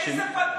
איזה,